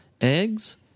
eggs